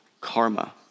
Karma